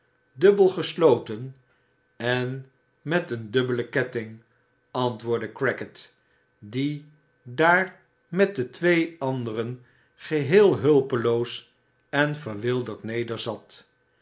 dubbel gesloten en met een dubbelen ketting antwoordde crackit die daar met de de moordenaar in zijnb schuilplaats belegerd twee anderen geheel hulpeloos en verwilderd nederzat